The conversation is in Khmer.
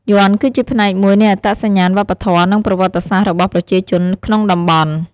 យ័ន្ត គឺជាផ្នែកមួយនៃអត្តសញ្ញាណវប្បធម៌ និងប្រវត្តិសាស្ត្ររបស់ប្រជាជនក្នុងតំបន់។